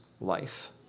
life